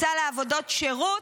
-- הוצעו לה עבודות שירות,